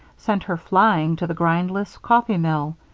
sent her flying to the grindless coffee-mill,